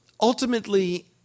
Ultimately